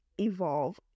evolve